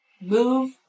move